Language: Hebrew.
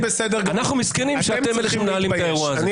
אני בסדר גמור.